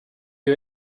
you